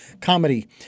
comedy